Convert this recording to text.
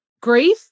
grief